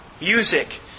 music